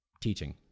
teaching